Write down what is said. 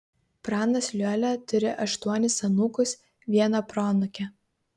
pranas liuolia turi aštuonis anūkus vieną proanūkę